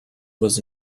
was